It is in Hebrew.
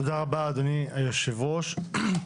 תודה רבה אדוני יושב הראש.